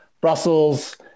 Brussels